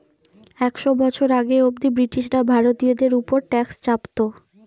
একশ বছর আগে অব্দি ব্রিটিশরা ভারতীয়দের উপর ট্যাক্স চাপতো